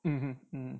mmhmm mmhmm